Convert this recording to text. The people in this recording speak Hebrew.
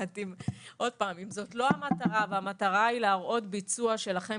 אם זאת לא המטרה והמטרה היא להראות ביצוע שלכם